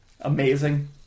amazing